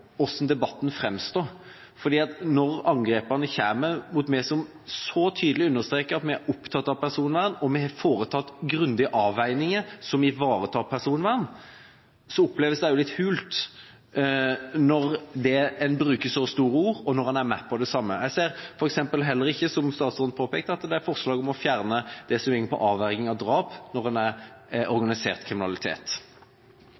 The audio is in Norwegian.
hvordan debatten framstår. For når angrepene kommer mot oss som så tydelig understreker at vi er opptatt av personvern, og vi har foretatt grundige avveininger som ivaretar personvern, så oppleves det litt hult når en bruker så store ord, og når en er med på det samme. Jeg ser f.eks. heller ikke, som statsråden påpekte, at det er forslag om å fjerne det som går på avverging av drap når det er organisert kriminalitet. Flere har ikke bedt om ordet til sak nr. 1. Fra en